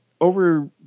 over